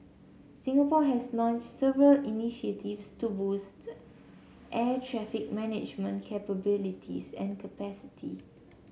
Singapore has launched several initiatives to boost air traffic management capabilities and capacity